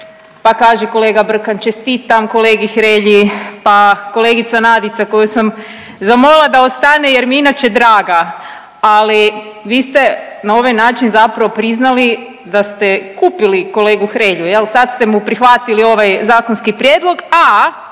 pa kaže kolega Brkan čestitam kolegi Hrelji, pa kolegica Nadica koju sam zamolila da ostane jer mi je inače draga, ali vi ste na ovaj način zapravo priznali da ste kupili kolegu Hrelju jel, sad ste mu prihvatili ovaj zakonski prijedlog, a